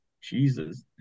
jesus